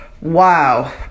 wow